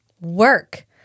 work